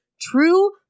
true